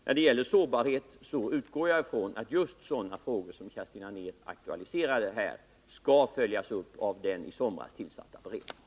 När det gäller sårbarheten utgår jag ifrån att just sådana frågor som Kerstin Anér aktualiserade här skall följas upp av den i somras tillsatta beredningen.